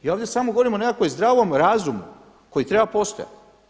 Ja ovdje samo govorim o nekakvom zdravom razumu koji treba postojati.